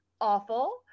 awful